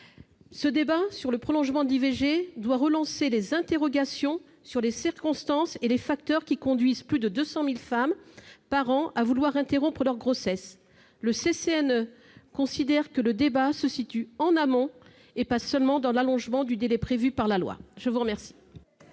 Ce débat sur le prolongement du délai de l'IVG doit ainsi relancer les interrogations sur les circonstances et les facteurs qui conduisent plus de 200 000 femmes par an à vouloir interrompre leur grossesse. Le CCNE considère que le débat éthique se situe en amont et pas seulement dans l'allongement du délai prévu par la loi. » La parole